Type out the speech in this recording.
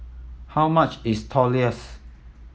how much is Tortillas